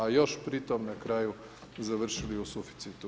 A još pri tome na kraju, završili u suficitu.